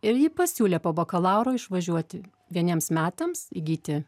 ir ji pasiūlė po bakalauro išvažiuoti vieniems metams įgyti